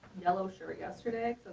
yellow shirt yesterday,